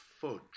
Fudge